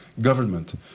government